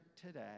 today